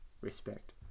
Respect